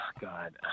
God